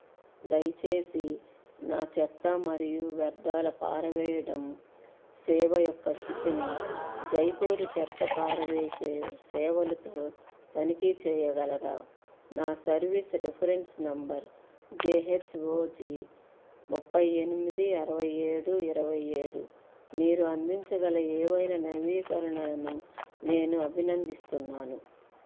దయచేసి నా చెత్త మరియు వ్యర్థాల పారవేయడం సేవ యొక్క స్థితిని జైపూర్ చెత్త పారవేసే సేవలుతో తనిఖీ చేయగలరా నా సర్వీస్ రిఫరెన్స్ నంబర్ జెహెచ్ఓజి ముప్పై ఎనిమిది అరవై ఏడు ఇరవై ఏడు మీరు అందించగల ఏవైనా నవీకరణలను నేను అభినందిస్తున్నాను